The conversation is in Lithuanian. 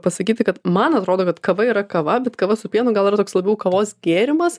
pasakyti kad man atrodo kad kava yra kava bet kava su pienu gal yra toks labiau kavos gėrimas